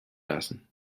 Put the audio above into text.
lassen